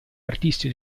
artisti